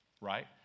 right